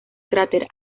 cráter